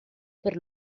per